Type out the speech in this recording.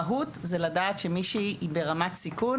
המהות היא לדעת שמישהי היא ברמת סיכון